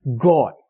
God